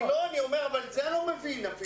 אני אומר, אבל את זה אני לא מבין אפילו.